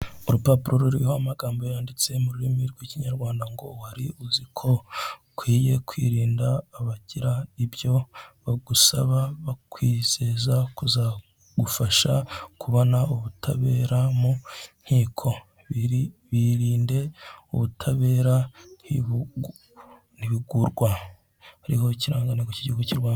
Urupapuro ruriho amagambo yanditse mu rurimi rw'ikinyarwanda ngo wari uzi ko ukwiye kwirinda abagira ibyo bagusaba, bakwizeza kuzagufasha kubona ubutabera mu nkiko? Birinde ubutabera ntibugurwa. Hariho ikirangantego cy'igihugu cy'u Rwanda.